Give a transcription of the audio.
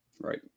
Right